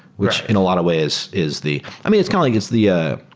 which in a lot of ways is the i mean, it's kind of like, it's the ah